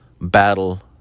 Battle